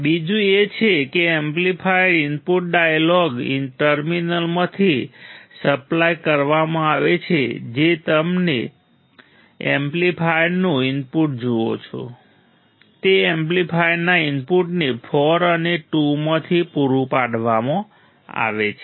બીજું એ છે કે એમ્પ્લીફાયર ઇનપુટ ડાયગોન ટર્મિનલ્સમાંથી સપ્લાય કરવામાં આવે છે જે તમે એમ્પ્લીફાયરનું ઇનપુટ જુઓ છો તે એમ્પ્લીફાયરના ઇનપુટને 4 અને 2 માંથી પૂરું પાડવામાં આવે છે